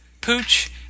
Pooch